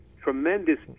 tremendous